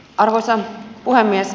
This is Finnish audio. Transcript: arvoisa puhemies